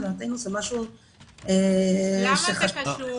לדעתנו זה משהו ש --- למה זה קשור?